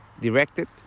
directed